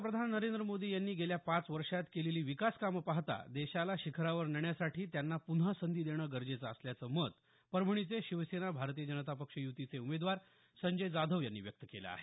पंतप्रधान नरेंद्र मोदी यांनी गेल्या पाच वर्षात केलेली विकास कामं पाहता देशाला शिखरावर नेण्यासाठी त्यांना पुन्हा संधी देणं गरजेचं असल्याचं मत परभणीचे शिवसेना भारतीय जनता पक्ष य्तीचे उमेवार संजय जाधव यांनी व्यक्त केलं आहे